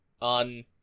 on